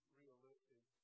realistic